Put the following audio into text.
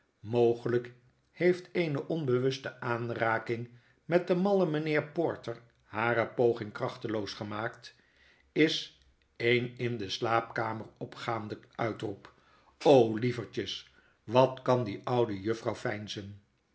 mogelyk heeft eene onbewuste aanraking met den mallen meneer porter hare poging krachteloos gemaakt is een in de slaapkamer opgaande uitroep lievertjes wat kan die oude juffrouw veinzen